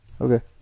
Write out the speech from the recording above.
Okay